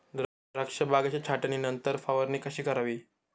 द्राक्ष बागेच्या छाटणीनंतर फवारणी कशी करावी?